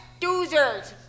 Doozers